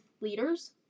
leaders